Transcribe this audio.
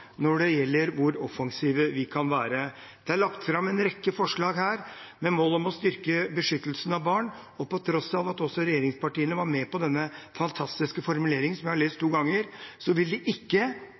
når det gjelder hvor offensive vi kan være. Det er lagt fram en rekke forslag med mål om å styrke beskyttelsen av barn. Og på tross av at også regjeringspartiene var med på den fantastiske formuleringen som jeg har lest